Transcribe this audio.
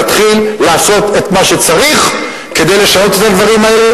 נתחיל לעשות את מה שצריך כדי לשנות את הדברים האלה,